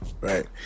right